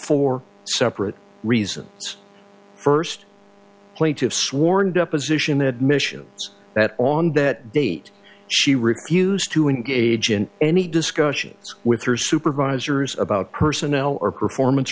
four separate reasons first plaintiff's sworn deposition admissions that on that date she refused to engage in any discussions with her supervisors about personnel or performance